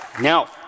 Now